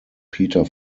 peter